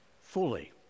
fully